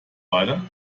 weiter